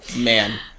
man